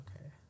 Okay